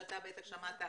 שאתה בטח שמעת,